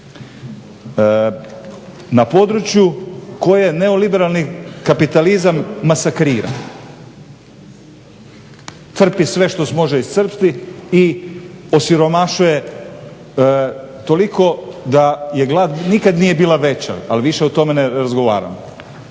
Na području koje neoliberalni kapitalizam masakrira, crpi sve što se može iscrpsti i osiromašuje toliko da glad nikad nije bila veća, ali više o tome ne razgovaramo.